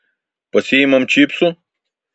pasiimam čipsų